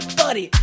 buddy